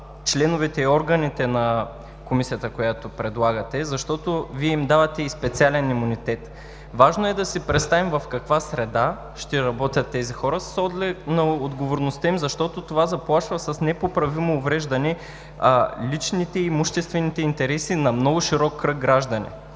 членовете и органите на Комисията, която предлагате, защото Вие им давате и специален имунитет. Важно е да си представим в каква среда ще работят тези хора с оглед на отговорността им, защото това заплашва с непоправимо увреждане личните и имуществените интереси на много широк кръг граждани.